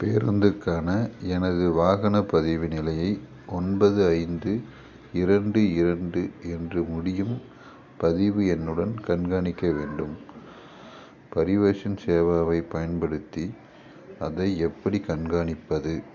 பேருந்துக்கான எனது வாகனப் பதிவு நிலையை ஒன்பது ஐந்து இரண்டு இரண்டு என்று முடியும் பதிவு எண்ணுடன் கண்காணிக்க வேண்டும் பரிவர்ஷன் சேவாவைப் பயன்படுத்தி அதை எப்படி கண்காணிப்பது